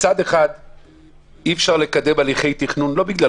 מצד אחד אי אפשר לקדם הליכי תכנון ולא בגלל